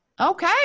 Okay